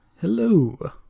Hello